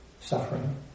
suffering